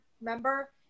remember